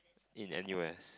in N_U_S